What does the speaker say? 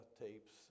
tapes